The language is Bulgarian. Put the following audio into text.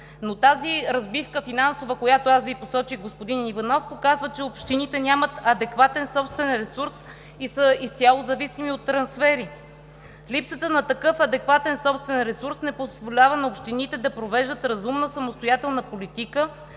Тази финансова разбивка, която Ви посочих, господин Иванов, показва, че общините нямат адекватен собствен ресурс и са изцяло зависими от трансфери. Липсата на такъв адекватен собствен ресурс не позволява на общините да провеждат разумна, самостоятелна политика,